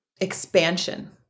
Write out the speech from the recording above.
Expansion